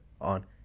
on